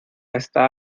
esta